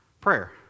prayer